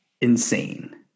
insane